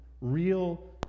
real